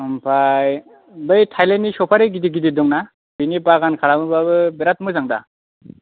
आमफाय बै थाइलेण्डनि सौफारि गिदिद गिदिद दंना बेनि बागान खालामोबाबो बिराद मोजां दा